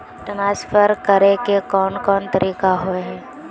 Transfer करे के कोन कोन तरीका होय है?